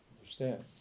Understand